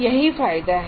यही फायदा है